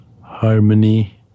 harmony